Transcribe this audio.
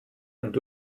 und